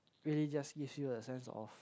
really just gives you a sense of